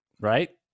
Right